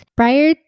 prior